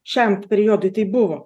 šiam periodui tai buvo